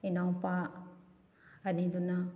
ꯏꯅꯥꯎꯄꯥ ꯑꯅꯤꯗꯨꯅ